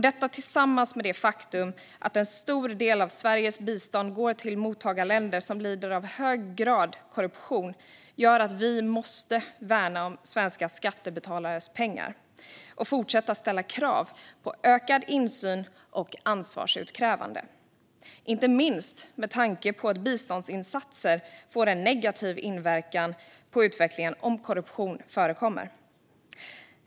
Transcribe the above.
Detta tillsammans med det faktum att en stor del av Sveriges bistånd går till mottagarländer som lider av en hög grad av korruption gör att vi måste värna om svenska skattebetalares pengar och fortsätta att ställa krav på ökad insyn och ansvar, inte minst med tanke på att biståndsinsatser får en negativ inverkan på utvecklingen om korruption förekommer.